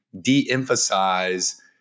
de-emphasize